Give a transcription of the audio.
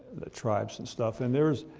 the tribes and stuff, and there's,